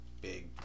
big